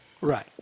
Right